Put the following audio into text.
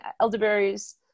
elderberries